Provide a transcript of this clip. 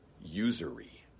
usury